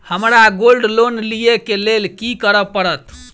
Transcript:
हमरा gold loan लिय केँ लेल की करऽ पड़त?